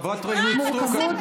חברת הכנסת סטרוק,